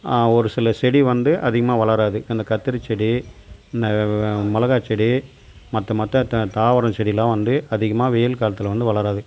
ஒரு சில செடி வந்து அதிகமாக வளராது அந்த கத்திரி செடி இந்த மிளகாய் செடி மற்ற மற்ற தாவர செடியெலாம் வந்து அதிகமாக வெயில் காலத்தில் வந்து வளராது